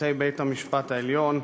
שופטי בית-המשפט העליון,